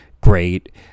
great